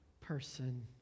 person